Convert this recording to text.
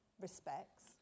respects